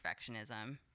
Perfectionism